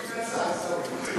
עיסאווי.